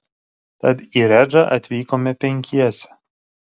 tad į redžą atvykome penkiese